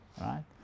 right